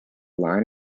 line